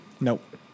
Nope